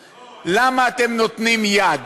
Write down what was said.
לא, למה אתם נותנים יד?